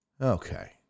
Okay